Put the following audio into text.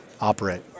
operate